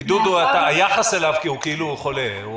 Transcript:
מי שבבידוד, היחס אליו כאילו הוא חולה.